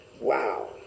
Wow